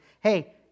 hey